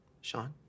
Sean